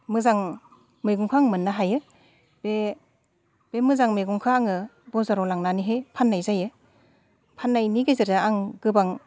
मोजां मैगंखो आं मोननो हायो बे मोजां मैगंखो आङो बाजाराव लांनानैहाय फाननाय जायो फाननायनि गेजेरजों आं गोबां